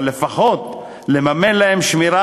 אבל לפחות לממן להם שמירה.